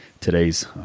today's